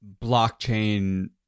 blockchain